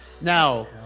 Now